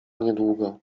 niedługo